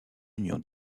union